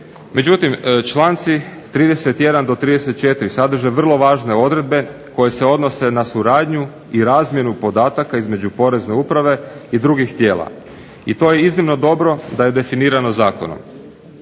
Međutim, članci 31. do 34. Sadrže vrlo važne odredbe koje se odnose na suradnju i razmjenu podataka između Porezne uprave i drugih tijela i to je iznimno dobro da je definirano zakonom.